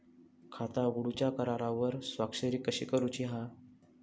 खाता उघडूच्या करारावर स्वाक्षरी कशी करूची हा?